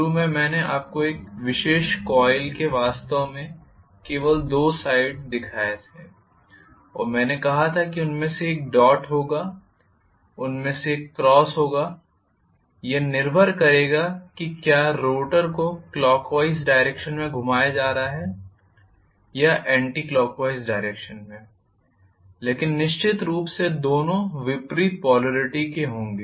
शुरू में मैंने आपको एक विशेष कॉइल के वास्तव में केवल दो साइड दिखाए थे और मैंने कहा था कि उनमें से एक डॉट होगा उनमें से एक क्रॉस होगा यह निर्भर करेगा कि क्या रोटर को क्लॉकवाइज डाइरेक्षन में घुमाया जा रहा है या एंटीक्लॉकवाइज डाइरेक्षन में लेकिन निश्चित रूप से दोनों विपरीत पोलॅरिटी का होगा